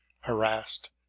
harassed